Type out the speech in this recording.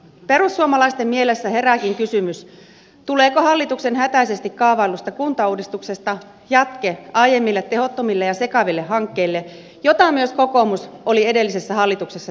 perussuomalaisten mielessä herääkin kysymys tuleeko hallituksen hätäisesti kaavaillusta kuntauudistuksesta jatke aiemmille tehottomille ja sekaville hankkeille joita myös kokoomus oli edellisessä hallituksessa tekemässä